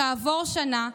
כעבור שנה,